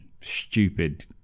stupid